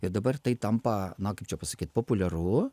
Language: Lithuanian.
ir dabar tai tampa na kaip čia pasakyt populiaru